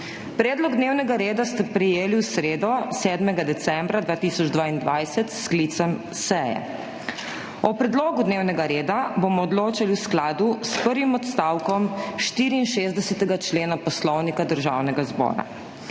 Predlog dnevnega reda ste prejeli v sredo, 7. decembra, 2022, s sklicem seje. O predlogu dnevnega reda bomo odločali v skladu s prvim odstavkom 64. člena Poslovnika Državnega zbora.